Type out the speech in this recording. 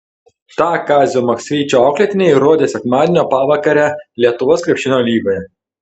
tą kazio maksvyčio auklėtiniai įrodė sekmadienio pavakarę lietuvos krepšinio lygoje